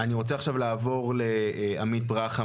אני רוצה לעבור לעמית ברכה,